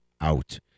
out